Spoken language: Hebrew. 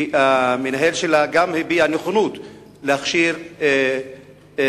גם המנהל שם הביע נכונות להכשיר קאדר